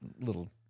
little